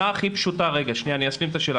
אני אשלים את השאלה,